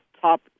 top